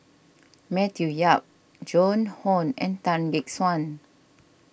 Matthew Yap Joan Hon and Tan Gek Suan